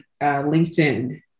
LinkedIn